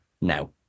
now